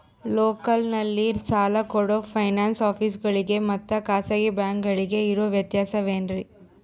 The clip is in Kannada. ಲೋಕಲ್ನಲ್ಲಿ ಸಾಲ ಕೊಡೋ ಫೈನಾನ್ಸ್ ಆಫೇಸುಗಳಿಗೆ ಮತ್ತಾ ಖಾಸಗಿ ಬ್ಯಾಂಕುಗಳಿಗೆ ಇರೋ ವ್ಯತ್ಯಾಸವೇನ್ರಿ?